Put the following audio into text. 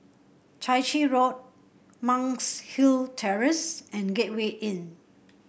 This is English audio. Chai Chee Road Monk's Hill Terrace and Gateway Inn